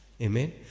Amen